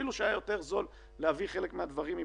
אפילו שהיה יותר זול להביא חלק מהדברים מבחוץ.